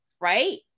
right